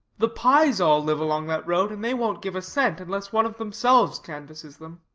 the pyes all live along that road and they won't give a cent unless one of themselves canvasses them.